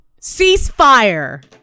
Ceasefire